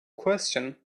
question